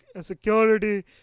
security